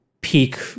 peak